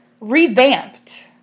revamped